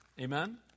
Amen